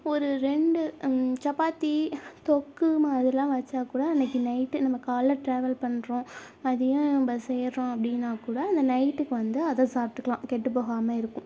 ஒரு ரெண்டு சப்பாத்தி தொக்கு மாதிரிலாம் வச்சால் கூட அன்னைக்கு நைட்டு நம்ம காலைல டிராவல் பண்ணுறோம் மதியம் பஸ் ஏறுறோம் அப்படின்னா கூட அந்த நைட்டுக்கு வந்து அதை சாப்பிட்டுக்குலாம் கெட்டு போகாமல் இருக்கும்